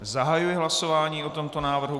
Zahajuji hlasování o tomto návrhu.